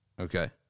Okay